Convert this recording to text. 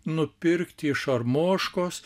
nupirkti iš armoškos